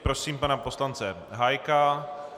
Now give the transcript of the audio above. Prosím pana poslance Hájka.